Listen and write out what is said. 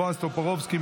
בועז טופורובסקי,